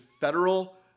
federal